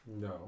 No